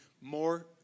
more